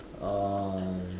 um